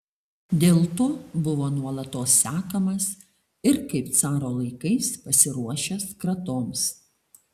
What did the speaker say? dėl to buvo nuolatos sekamas ir kaip caro laikais pasiruošęs kratoms